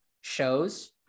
shows